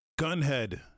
gunhead